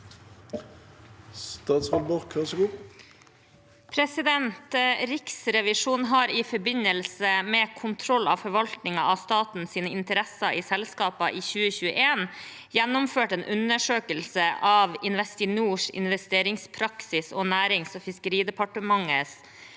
Riksrevisjonen har i forbindelse med kontroll av forvaltningen av statens interesser i selskapene i 2021 gjennomført en un dersøkelse av Investinors investeringspraksis og Nærings- og fiskeridepartementets